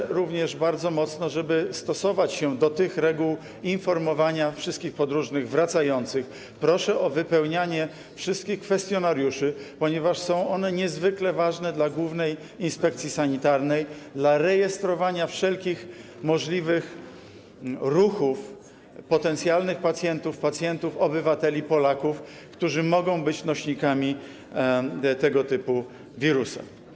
I również bardzo mocno proszę, żeby stosować się do tych reguł informowania wszystkich wracających podróżnych, proszę o wypełnianie wszystkich kwestionariuszy, ponieważ są one niezwykle ważne dla Głównej Inspekcji Sanitarnej, jeśli chodzi o rejestrowanie wszelkich możliwych ruchów potencjalnych pacjentów - pacjentów, obywateli, Polaków, którzy mogą być nosicielami tego typu wirusa.